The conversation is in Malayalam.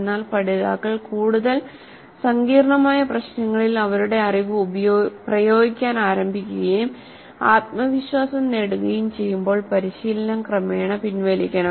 എന്നാൽ പഠിതാക്കൾ കൂടുതൽ സങ്കീർണ്ണമായ പ്രശ്നങ്ങളിൽ അവരുടെ അറിവ് പ്രയോഗിക്കാൻ ആരംഭിക്കുകയും ആത്മവിശ്വാസം നേടുകയും ചെയ്യുമ്പോൾ പരിശീലനം ക്രമേണ പിൻവലിക്കണം